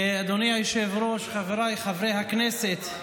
אדוני היושב-ראש, חבריי חברי הכנסת,